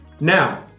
Now